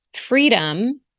freedom